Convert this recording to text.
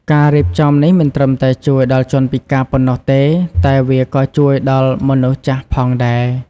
ការរៀបចំនេះមិនត្រឹមតែជួយដល់ជនពិការប៉ុណ្ណោះទេ តែវាក៏ជួយដល់មនុស្សចាស់ផងដែរ។